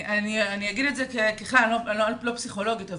אני לא פסיכולוגית,